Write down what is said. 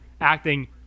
acting